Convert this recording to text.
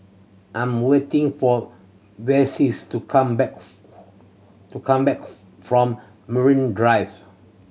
I'm waiting for Vessie to come back to come back from Marine Drive